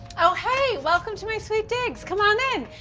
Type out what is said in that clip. oh hey! welcome to my sweet digs, come on in!